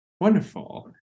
wonderful